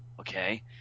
Okay